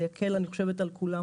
אני חושבת שזה יקל על כולם.